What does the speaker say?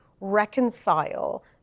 reconcile